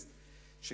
בילסקי, גם